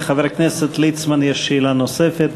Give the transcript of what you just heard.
לחבר הכנסת ליצמן יש שאלה נוספת.